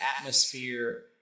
atmosphere